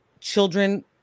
children